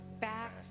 back